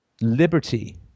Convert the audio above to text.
liberty